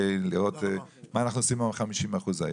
לראות מה אנחנו עושים עם ה- 50% האלה.